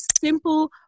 simple